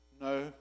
no